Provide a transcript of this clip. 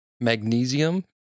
magnesium